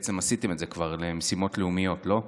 בעצם את זה כבר, למשימות לאומיות, לא?